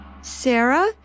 Sarah